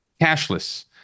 cashless